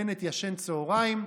בנט ישן צוהריים,